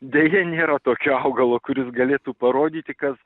deja nėra tokio augalo kuris galėtų parodyti kas